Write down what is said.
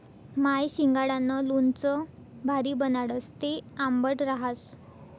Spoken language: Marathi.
माय शिंगाडानं लोणचं भारी बनाडस, ते आंबट रहास